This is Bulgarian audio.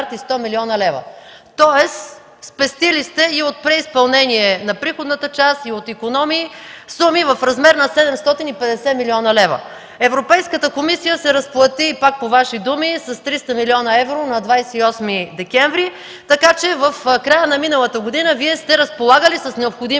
Тоест спестили сте и от преизпълнение на приходната част, и от икономии сума в размер на 750 млн. лв. Европейската комисия се разплати, пак по Ваши думи, с 300 млн. евро на 28 декември, така че в края на миналата година Вие сте разполагали с необходимите